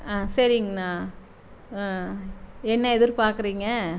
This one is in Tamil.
ஆ சரிங்ண்ணா ஆ என்ன எதிர்பார்க்குறீங்க